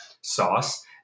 sauce